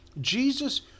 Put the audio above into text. Jesus